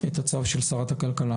שרת הכלכלה